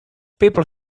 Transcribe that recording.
people